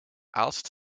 aalst